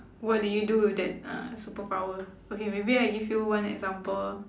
what do you do with that uh superpower okay maybe I give you one example